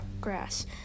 grass